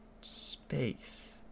Space